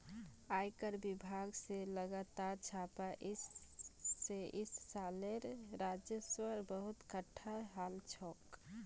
आयकरेर विभाग स लगातार छापा स इस सालेर राजस्व बहुत एकटठा हल छोक